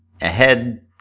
ahead